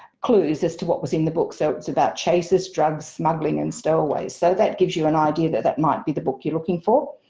clues as to what was in the book. so it's about chases, drugs, smuggling and stowaways. so that gives you an idea that that might be the book you're looking for.